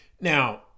Now